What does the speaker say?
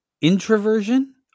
introversion